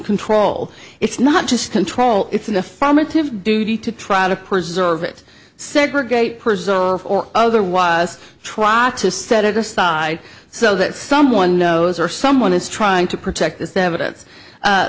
control it's not just control it's an affirmative duty to try to preserve it segregate preserve or otherwise try to set it aside so that someone knows or someone is trying to protect is the evidence